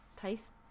taste